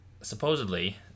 supposedly